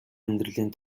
амьдралын